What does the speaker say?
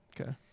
Okay